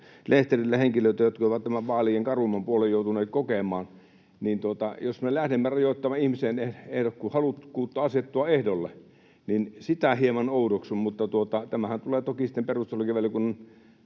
lehterillä henkilöitä, jotka ovat tämän vaalien karumman puolueen joutuneet kokemaan — että jos me lähdemme rajoittamaan ihmisen halukkuutta asettua ehdolle, niin sitä hieman oudoksun. Mutta tämä lakialoitehan tuleekin varmaan toki sitten perustuslakivaliokunnan